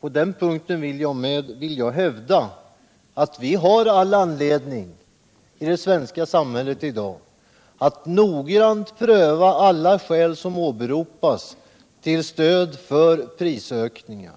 På den punkten vill jag hävda att vi i det svenska samhället i dag har all anledning att noggrant pröva alla skäl som åberopas till stöd för prisökningar.